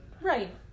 Right